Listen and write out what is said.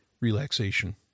relaxation